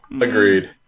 Agreed